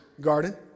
garden